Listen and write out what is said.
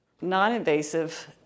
non-invasive